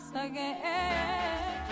again